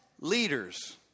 leaders